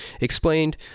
explained